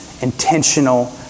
intentional